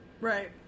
Right